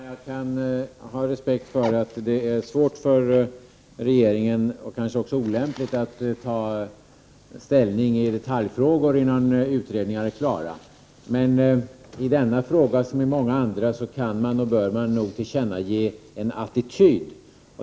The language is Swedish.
Fru talman! Jag har respekt för att det kan vara svårt för regeringen, och kanske också olämpligt, att ta ställning i detaljfrågor, innan utredningar är klara. Men i denna fråga, som i många andra, kan man och bör man nog tillkännage en attityd.